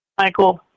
Michael